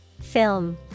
Film